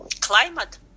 climate